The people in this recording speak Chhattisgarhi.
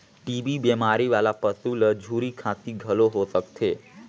टी.बी बेमारी वाला पसू ल झूरा खांसी घलो हो सकथे